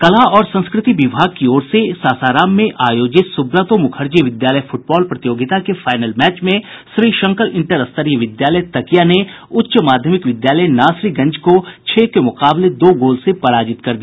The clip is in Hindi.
कला और संस्कृति विभाग की ओर से सासाराम में आयोजित सुब्रतो मुखर्जी विद्यालय फुटबॉल प्रतियोगिता के फाइनल मैच में श्री शंकर इंटर स्तरीय विद्यालय तकिया ने उच्च माध्यमिक विद्यालय नासरीगंज को छह के मुकाबले दो गोल से पराजित कर दिया